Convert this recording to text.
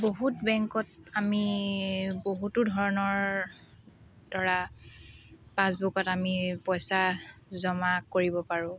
বহুত বেংকত আমি বহুতো ধৰণৰ ধৰা পাচবুকত আমি পইচা জমা কৰিব পাৰোঁ